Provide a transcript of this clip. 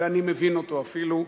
ואני מבין אותו אפילו.